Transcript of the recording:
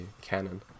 Canon